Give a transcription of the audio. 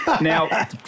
Now